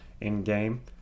in-game